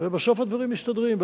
ובסוף הדברים מסתדרים.